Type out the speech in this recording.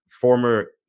former